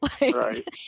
Right